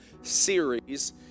series